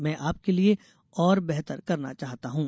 मैं आपके लिए और बेहतर करना चाहता हूं